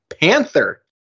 Panther